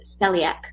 celiac